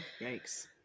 yikes